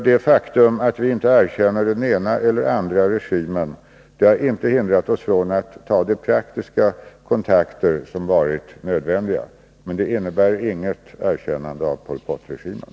Det faktum att vi inte erkänner den ena eller andra regimen har inte hindrat oss från att ta de praktiska kontakter som varit nödvändiga — men det innebär inget erkännande av Pol Pot-regimen.